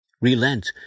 Relent